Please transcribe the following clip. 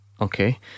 Okay